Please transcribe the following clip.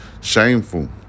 shameful